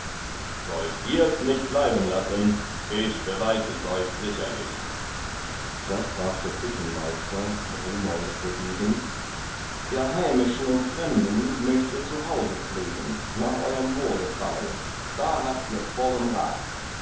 wollt ihrs nicht bleiben lassen ich beweis es euch sicherlich da sprach der küchenmeister rumold der degen der heimischen und fremden mögt ihr zu hause pflegen nach euerm wohlgefallen da habt ihr vollen rat